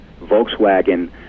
Volkswagen